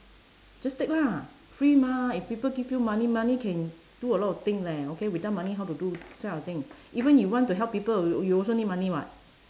just take lah free mah if people give you money money can do a lot of thing leh okay without money how to do this kind of thing even you want to help people you you also need money [what]